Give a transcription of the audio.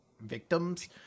victims